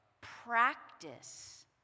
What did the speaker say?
Practice